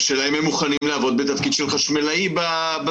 השאלה אם הם מוכנים לעבוד בתפקיד של חשמלאי בענף הבניה.